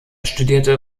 studierte